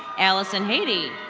alison haiti.